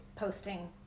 posting